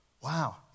Wow